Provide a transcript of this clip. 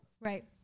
Right